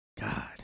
God